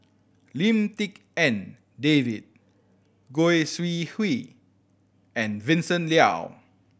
Lim Tik En David Goi Seng Hui and Vincent Leow